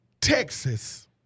Texas